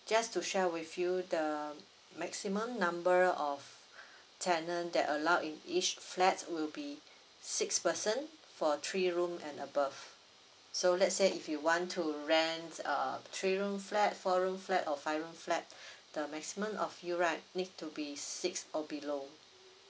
just to share with you the maximum number of tenant that allowed in each flats will be six person for three room and above so let's say if you want to rents a three room flat four room flat or five room flat the maximum of you right need to be six or below